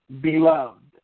Beloved